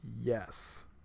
yes